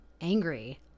angry